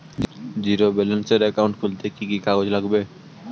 Zero ব্যালেন্সের account খুলতে কি কি কাগজ লাগবে?